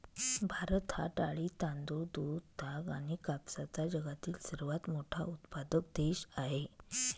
भारत हा डाळी, तांदूळ, दूध, ताग आणि कापसाचा जगातील सर्वात मोठा उत्पादक देश आहे